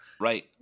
Right